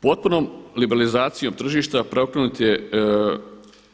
Potpunom liberalizacijom tržišta preokrenut je